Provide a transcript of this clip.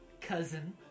cousin